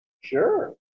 Sure